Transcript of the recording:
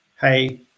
hey